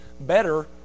better